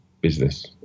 business